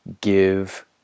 Give